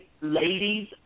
ladies